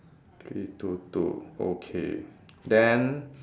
three two two okay then